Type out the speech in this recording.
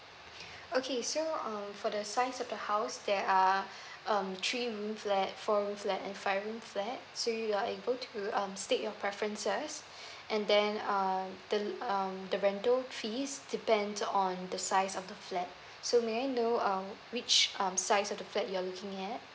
okay so uh for the size of the house there are um three room flat four room flat and five room flat so you are able to um stick your preferences and then uh the um the rental fees depends on the size of the flat so may I know uh which um size of the flat you're looking at